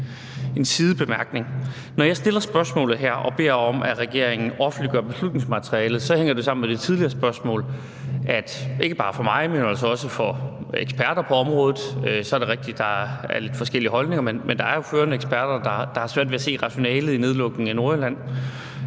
Når jeg stiller spørgsmålet her og beder om, at regeringen offentliggør beslutningsmaterialet, hænger det sammen med det tidligere spørgsmål om, at det, ikke bare for mig, men altså også for eksperter på området – så er det rigtigt, at der er lidt forskellige holdninger, men der er jo førende eksperter, der har svært ved at se rationalet i nedlukningen af Nordjylland